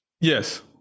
Yes